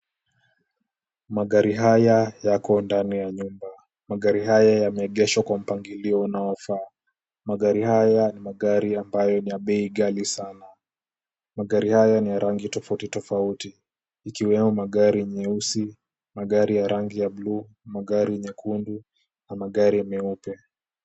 Magari haya yako ndani ya nyumba. Magari haya yameegeshwa kwa mpangilio unaofaa. Magari haya ni magari ambayo ni magari ya bei ghali sana. Magari haya ni ya rangi tofauti tofauti ikiwemo magari meusi, magari ya rangi ya bluu, magari nyekundu na magari meupe.